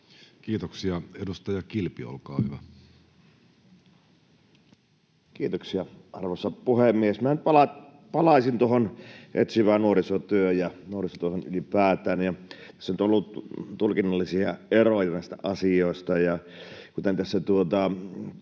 Kiitoksia. — Edustaja Kilpi, olkaa hyvä. Kiitoksia, arvoisa puhemies! Minä nyt palaisin tuohon etsivään nuorisotyöhön ja nuorisotyöhön ylipäätään. Tässä on nyt ollut tulkinnallisia eroja näistä asioista. Kuten tässä